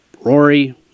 Rory